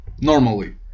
Normally